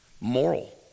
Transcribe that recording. moral